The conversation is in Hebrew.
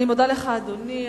אני מודה לך, אדוני.